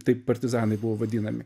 taip partizanai buvo vadinami